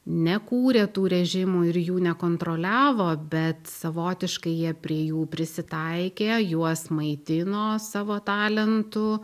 nekūrė tų režimų ir jų nekontroliavo bet savotiškai jie prie jų prisitaikė juos maitino savo talentu